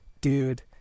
dude